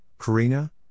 Karina